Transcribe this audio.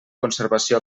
conservació